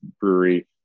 brewery